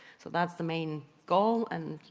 so that's the main goal and you